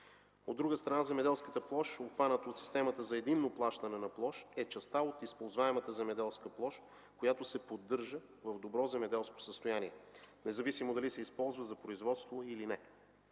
От друга страна, земеделската площ, обхваната от Схемата за единно плащане на площ, е частта от използваемата земеделска площ, която се поддържа в добро земеделско състояние, независимо дали се използва за производство или не.